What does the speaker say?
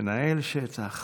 מנהל שטח.